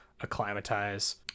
acclimatize